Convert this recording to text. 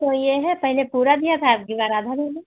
तो ये है पहले पूरा दिया था अबकी बार आधा दे दो